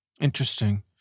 Interesting